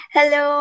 Hello